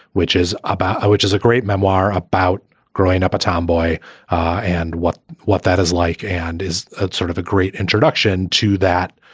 which is about which is a great memoir about growing up a tomboy and what what that is like and is ah sort of a great introduction to that,